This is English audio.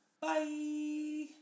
bye